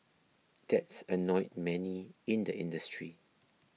that's annoyed many in the industry